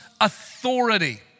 authority